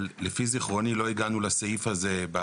אבל לפי זיכרוני לא הגענו לסעיף הספציפי.